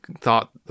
thought